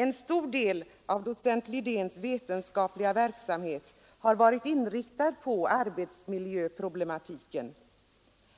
En stor del av docent Lidéns vetenskapliga verksamhet har varit inriktad på arbetsmiljöproblematiken.